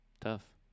Tough